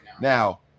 now